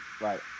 right